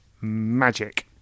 magic